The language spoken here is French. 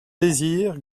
désir